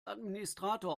administrator